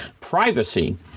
privacy